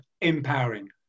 empowering